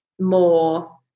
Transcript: more